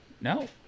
No